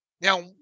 now